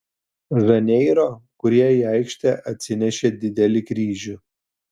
žaneiro kurie į aikštę atsinešė didelį kryžių